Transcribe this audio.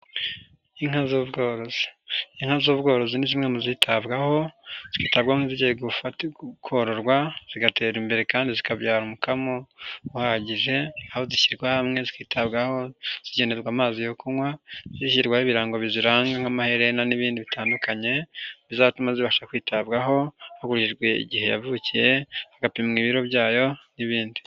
Inka z'ubworozi, inka z'ubworozi ni zimwe mu zitabwaho, zitabwaho gufatirwa kororwa, zigatera imbere kandi zikabyara umukamo uhagije, aho zishyirwa hamwe zikitabwaho, zigenerwa amazi yo kunywa, zishyirwaho ibirango biziranga nk'amaherena n'ibindi bitandukanye, bizatuma zibasha kwitabwaho hakurikijwe igihe yavukiye, hagapimwa ibiro byayo n'ibindi.